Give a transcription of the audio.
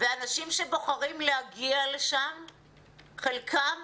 ומי שבוחרים להגיע לשם חלקם